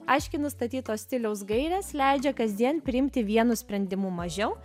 aiškiai nustatytos stiliaus gairės leidžia kasdien priimti vienu sprendimu mažiau